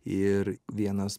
ir vienas